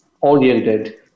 oriented